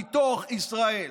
מתוך ישראל.